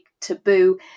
taboo